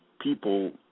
people